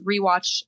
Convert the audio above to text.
rewatch